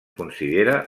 considera